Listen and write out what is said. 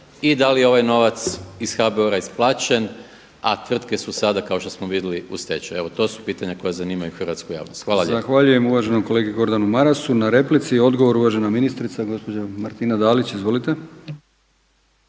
i da li ovaj novac iz HBOR-a isplaćen? A tvrtke su sada kao što smo vidjeli u stečaju. Evo to su pitanja koja zanimaju hrvatsku javnost. Hvala lijepa. **Brkić, Milijan (HDZ)** Zahvaljujem uvaženom kolegi Gordanu Marasu na replici. Odgovor uvažena ministrica gospođa Martina Dalić. Izvolite.